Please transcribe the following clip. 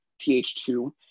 Th2